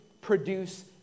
produce